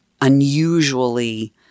unusually